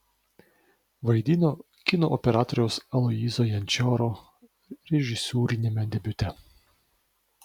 vaidino kino operatoriaus aloyzo jančioro režisūriniame debiute